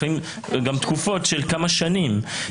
זה גם תקופות של כמה שנים.